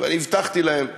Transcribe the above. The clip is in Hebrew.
ואני הבטחתי להם שאני,